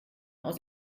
aus